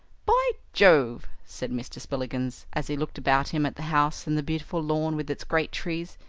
by jove! said mr. spillikins, as he looked about him at the house and the beautiful lawn with its great trees,